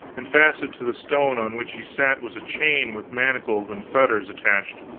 and fastened to the stone on which he sat was a chain with manacles and fetters attached